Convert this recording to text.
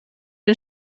den